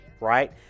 right